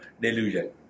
delusion